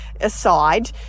aside